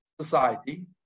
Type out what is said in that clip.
society